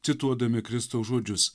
cituodami kristaus žodžius